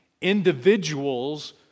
individuals